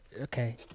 Okay